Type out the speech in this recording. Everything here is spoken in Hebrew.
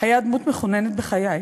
היה דמות מכוננת בחיי.